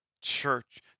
church